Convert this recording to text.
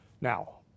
Now